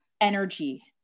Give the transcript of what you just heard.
energy